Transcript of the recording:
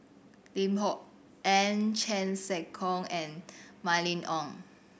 Lim Kok Ann Chan Sek Keong and Mylene Ong